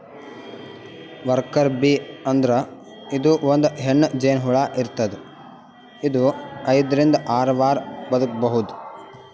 worker bee ಅಂದ್ರ ಇದು ಒಂದ್ ಹೆಣ್ಣ್ ಜೇನಹುಳ ಇರ್ತದ್ ಇದು ಐದರಿಂದ್ ಆರ್ ವಾರ್ ಬದ್ಕಬಹುದ್